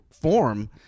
form